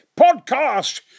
podcast